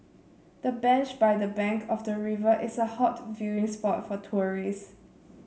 the bench by the bank of the river is a hot viewing spot for tourists